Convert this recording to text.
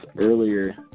earlier